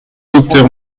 docteur